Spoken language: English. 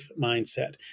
mindset